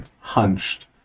hunched